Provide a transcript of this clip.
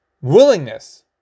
willingness